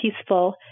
peaceful